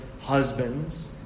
husbands